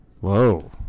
Whoa